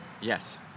Yes